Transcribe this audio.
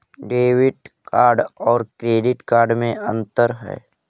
Debit card और credit card में अन्तर है?